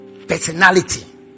Personality